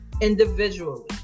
individually